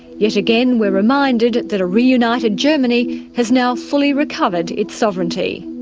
yet again we're reminded that a reunited germany has now fully recovered its sovereignty.